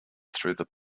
throughout